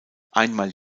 einmal